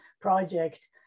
project